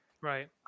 Right